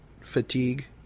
fatigue